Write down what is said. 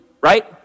right